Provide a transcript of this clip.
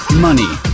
money